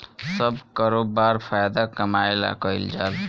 सब करोबार फायदा कमाए ला कईल जाल